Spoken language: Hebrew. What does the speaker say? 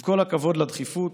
עם כל הכבוד לדחיפות,